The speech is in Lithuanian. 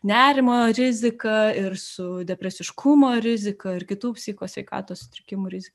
nerimo rizika ir su depresiškumo riziką ir kitų psichikos sveikatos sutrikimų rizika